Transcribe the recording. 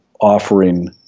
offering